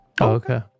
Okay